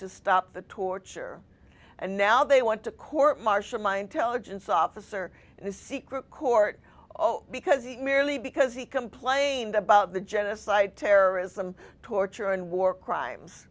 to stop the torture and now they want to court marshal my intelligence officer in the secret court oh because he merely because he complained about the genocide terrorism torture and war crimes